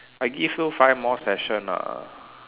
I give you five more session lah